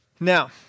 Now